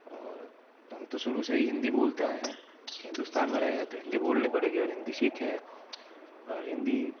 और हम तो शुरू से ही हिंदी बोलते आएं हैं के हिंदुस्तान में रहे हैं तो हिंदी बोलनी पड़ेगी और हिंदी सीखें हैं और हिंदी